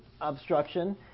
obstruction